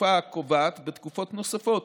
התקופה הקובעת בתקופות נוספות